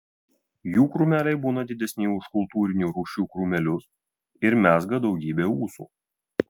jų krūmeliai būna didesni už kultūrinių rūšių krūmelius ir mezga daugybę ūsų